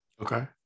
okay